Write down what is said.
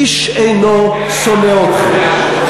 איש אינו שונא אתכם.